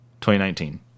2019